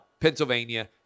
Pennsylvania